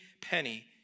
penny